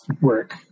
work